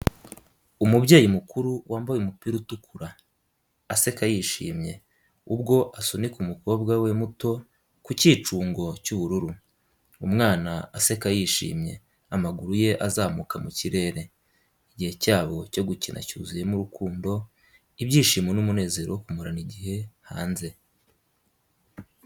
Umubyeyi mukuru wambaye umupira utukura, aseka yishimye, ubwo asunika umukobwa we muto ku cyicungo cy’ubururu. Umwana aseka yishimye, amaguru ye azamuka mu kirere. Igihe cyabo cyo gukina cyuzuyemo urukundo, ibyishimo n'umunezero wo kumarana igihe hanze.